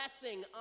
Blessing